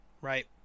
right